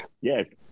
yes